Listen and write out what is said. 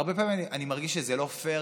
הרבה פעמים אני מרגיש שזה לא פייר,